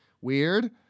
Weird